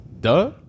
Duh